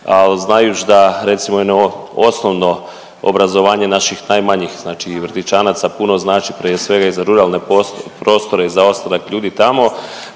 Ali znajući da recimo jedno osnovno obrazovanje naših najmanjih znači i vrtićanaca puno znači prije svega i za ruralne prostore i za ostanak ljudi tamo.